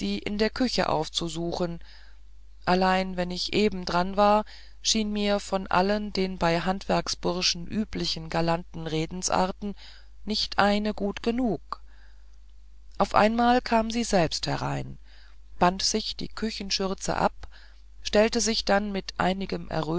in der küche aufzusuchen allein wenn ich eben dran war schien mir von allen den bei handwerksburschen üblichen galanten redensarten nicht eine gut genug auf einmal kam sie selbst herein band sich die küchenschürze ab stellte sich dann mit einigem